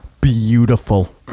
beautiful